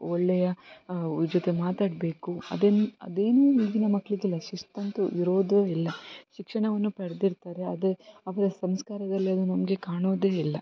ಒಳ್ಳೆಯ ಅವ್ರ ಜೊತೆ ಮಾತಾಡಬೇಕು ಅದೇನ್ ಅದೇನು ಈಗಿನ ಮಕ್ಳಿಗೆ ಇಲ್ಲ ಶಿಸ್ತಂತೂ ಇರೋದೇ ಇಲ್ಲ ಶಿಕ್ಷಣವನ್ನು ಪಡೆದಿರ್ತಾರೆ ಆದರೆ ಅವಾರ ಸಂಸ್ಕಾರದಲ್ಲಿ ಅದು ನಮಗೆ ಕಾಣೋದೇ ಇಲ್ಲ